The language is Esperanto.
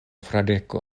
fradeko